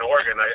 Oregon